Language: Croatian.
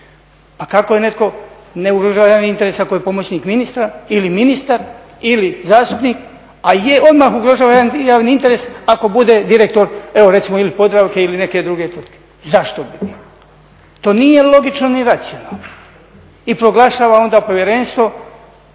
Pa kako netko ne ugrožava javni interes ako je pomoćnik ministra ili ministar ili zastupnik, a odmah ugrožava javni interes ako bude direktor evo recimo ili Podravke ili neke druge tvrtke. Zašto bi bio? To nije logično ni racionalno i proglašava onda povjerenstvo,